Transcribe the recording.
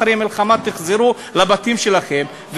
אחרי המלחמה תחזרו לבתים שלכם,